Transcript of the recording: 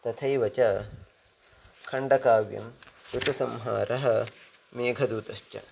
तथैव च खण्डकाव्यं ऋतुसंहारः मेघदूतश्च